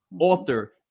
author